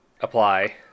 apply